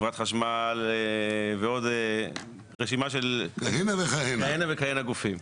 חברת חשמל ועוד רשימה כהנה וכהנה גופים.